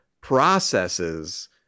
processes